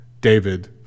david